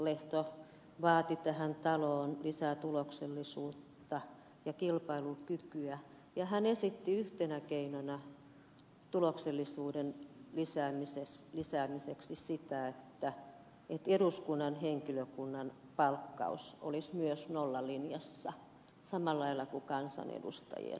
lauslahti vaati tähän taloon lisää tuloksellisuutta ja kilpailukykyä ja hän esitti yhtenä keinona tuloksellisuuden lisäämiseksi sitä että eduskunnan henkilökunnan palkkaus olisi myös nollalinjassa samalla lailla kuin kansanedustajien